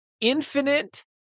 infinite